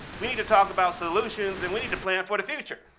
we need to talk about solutions, and we need to plan for the future.